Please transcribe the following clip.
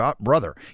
brother